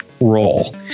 role